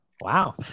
Wow